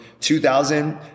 2000